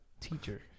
teacher